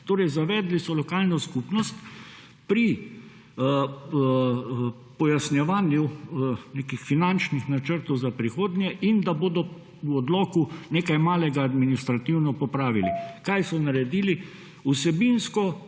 Zavedli so lokalno skupnost pri pojasnjevanju nekih finančnih načrtov za prihodnje in da bodo v odloku nekaj malega administrativno popravili. Kaj so naredili? Vsebinsko